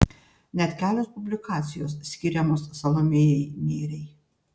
net kelios publikacijos skiriamos salomėjai nėriai